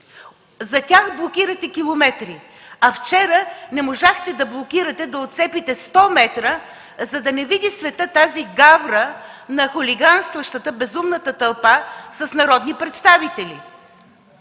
За тях блокирате километри, а вчера не можахте да блокирате, да отцепите 100 м, за да не види светът тази гавра на хулиганстващата, безумната тълпа, с народни представители.